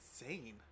insane